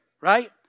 right